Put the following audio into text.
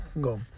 go